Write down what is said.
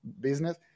business